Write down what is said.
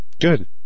Good